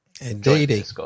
indeed